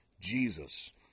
Jesus